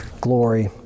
glory